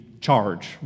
charge